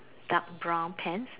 dark brown pants